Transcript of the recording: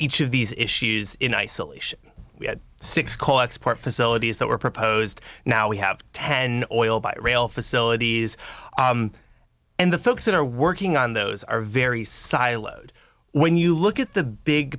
each of these issues in isolation six call export facilities that were proposed now we have ten oil by rail facilities and the folks that are working on those are very siloed when you look at the big